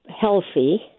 healthy